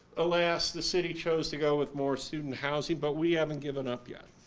alas the city chose to go with more student housing but we haven't given up yet.